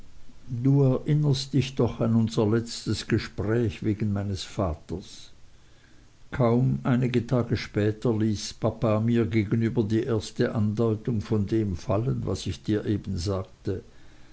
du erinnerst dich doch an unser letztes gespräch wegen meines vaters kaum einige tage später ließ papa mir gegenüber die erste andeutung von dem fallen was ich dir eben sagte